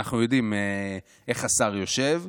ואנחנו יודעים איך השר יושב,